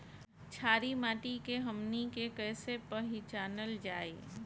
छारी माटी के हमनी के कैसे पहिचनल जाइ?